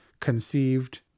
conceived